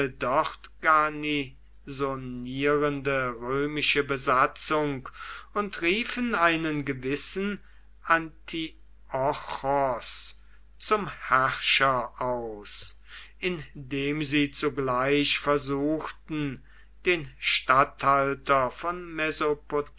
dort garnisonierende römische besatzung und riefen einen gewissen ans zum herrscher aus indem sie zugleich versuchten den statthalter von